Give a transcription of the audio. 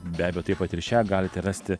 be abejo taip pat ir šią galite rasti